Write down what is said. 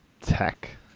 tech